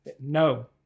No